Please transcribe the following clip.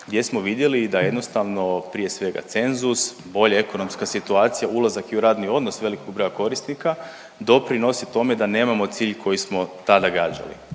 gdje smo vidjeli da jednostavno prije svega cenzus, bolja ekonomska situacija ulazak i u radni odnos velikog broja korisnika doprinosi tome da nemamo cilj koji smo tada gađali.